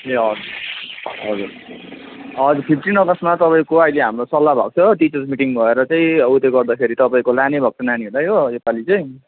ए हजुर हजुर हजुर फिफ्टिन अगस्तमा तपाईँको अहिले हाम्रो सल्लाह भएको थियो टिचर्स मिटिङ भएर चाहिँ उत्यो गर्दाखेरि तपाईँको लाने भएको छ नानीहरूलाई हो यो पालि चाहिँ